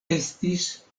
estis